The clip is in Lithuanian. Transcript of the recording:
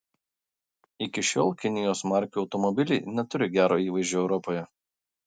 iki šiol kinijos markių automobiliai neturi gero įvaizdžio europoje